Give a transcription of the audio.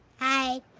Hi